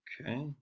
Okay